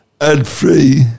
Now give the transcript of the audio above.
ad-free